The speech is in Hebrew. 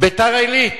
ביתר-עילית,